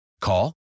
Call